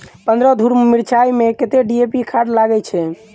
पन्द्रह धूर मिर्चाई मे कत्ते डी.ए.पी खाद लगय छै?